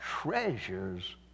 treasures